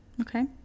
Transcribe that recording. Okay